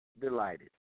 delighted